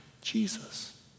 Jesus